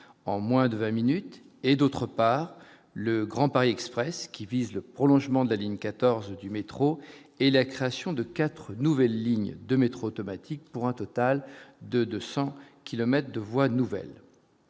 en moins de 20 minutes et, d'autre part, le Grand Paris Express qui vise le prolongement de la ligne 14 du métro et la création de 4 nouvelles lignes de métro automatique pour un total de 200 kilomètres de voies nouvelles